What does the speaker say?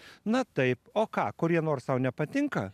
na taip o ką kurie nors tau nepatinka